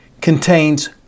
contains